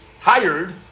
hired